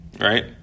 right